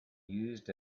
used